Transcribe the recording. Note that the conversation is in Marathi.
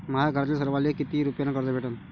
माह्या घरातील सर्वाले किती रुप्यान कर्ज भेटन?